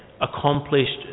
accomplished